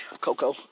Coco